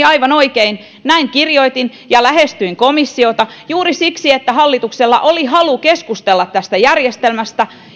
aivan oikein näin kirjoitin ja lähestyin komissiota juuri siksi että hallituksella oli halu keskustella tästä järjestelmästä